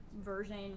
version